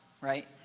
Right